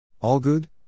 Allgood